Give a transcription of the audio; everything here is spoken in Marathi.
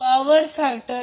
8 अँगल 43